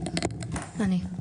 אני.